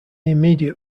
immediate